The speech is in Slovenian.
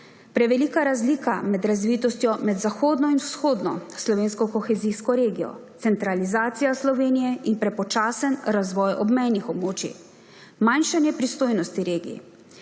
prevelika razlika med razvitostjo med zahodno in vzhodno slovensko kohezijsko regijo, centralizacija Slovenije in prepočasen razvoj obmejnih območij, manjšanje pristojnosti regij.